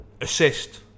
assist